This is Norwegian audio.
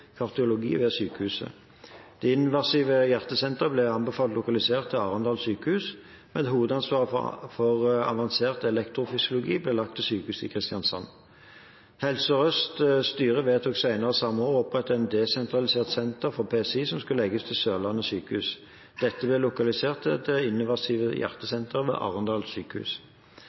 kardiologi ved sykehuset. Det invasive hjertesenteret ble anbefalt lokalisert til Arendal sykehus, mens hovedansvaret for avansert elektrofysiologi ble lagt til sykehuset i Kristiansand. Helse Sør-Østs styre vedtok senere samme år å opprette et desentralisert senter for PCI som skulle legges til Sørlandet sykehus. Dette ble lokalisert til det invasive hjertesenteret ved Arendal sykehus.